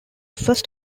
first